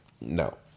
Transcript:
No